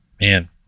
man